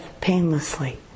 painlessly